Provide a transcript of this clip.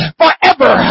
forever